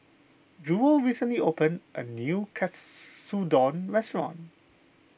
Jewel recently opened a new Katsudon restaurant